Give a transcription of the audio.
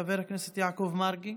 חבר הכנסת יעקב מרגי,